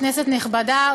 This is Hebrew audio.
כנסת נכבדה,